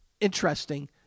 interesting